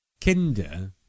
Kinder